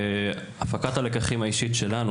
הארגון קם מתוך הפקת הלקחים האישית שלנו.